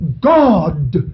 God